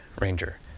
Ranger